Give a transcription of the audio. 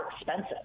expensive